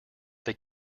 they